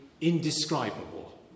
indescribable